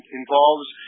involves